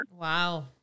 wow